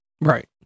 right